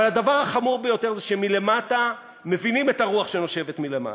אבל הדבר החמור ביותר הוא שלמטה מבינים את הרוח שנושבת מלמעלה.